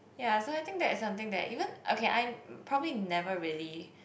ya so that is something that even okay I probably never really